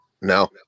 No